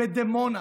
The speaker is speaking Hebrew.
בדימונה,